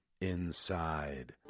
INSIDE